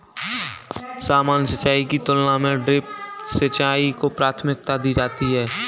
सामान्य सिंचाई की तुलना में ड्रिप सिंचाई को प्राथमिकता दी जाती है